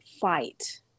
fight